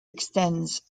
extends